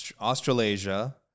Australasia